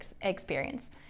experience